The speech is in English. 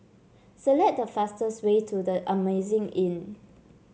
select the fastest way to The Amazing Inn